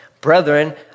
brethren